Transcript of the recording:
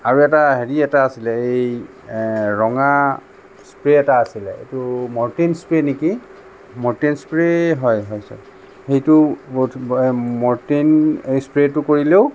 আৰু এটা হেৰি এটা আছিলে এই ৰঙা স্প্ৰে এটা আছিলে সেইটো মৰটিন স্প্ৰে নেকি মৰটিন স্প্ৰে হয় হয় চাগে সেইটো মৰটিন স্প্ৰেটো কৰিলেও